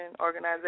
organization